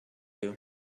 you